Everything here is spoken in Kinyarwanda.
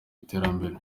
iterambere